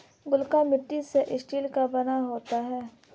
गुल्लक मिट्टी या स्टील का बना होता है